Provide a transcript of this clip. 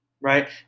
right